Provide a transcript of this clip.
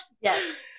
Yes